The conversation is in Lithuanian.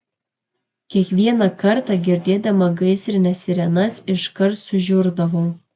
kiekvieną kartą girdėdama gaisrinės sirenas iškart sužiurdavau